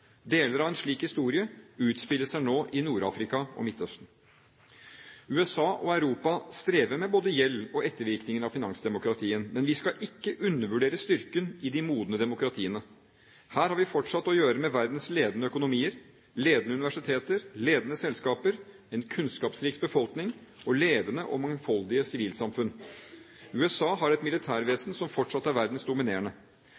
Deler av en slik historie utspiller seg nå i Nord-Afrika og Midtøsten. USA og Europa strever med både gjeld og ettervirkningen av finanskrisen. Men vi skal ikke undervurdere styrken i de modne demokratiene. Her har vi fortsatt å gjøre med verdens ledende økonomier, ledende universiteter, ledende selskaper, en kunnskapsrik befolkning og levende og mangfoldige sivilsamfunn. USA har et